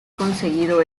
conseguido